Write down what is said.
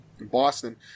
Boston